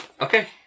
okay